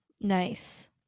Nice